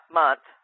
month